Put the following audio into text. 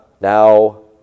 now